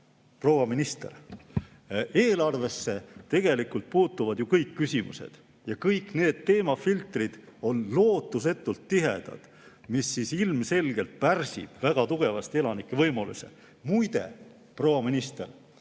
proua minister, eelarvesse puutuvad tegelikult ju kõik küsimused ja kõik need teemafiltrid on lootusetult tihedad, mis ilmselgelt pärsib väga tugevasti elanike võimalusi. Muide, proua minister,